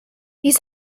his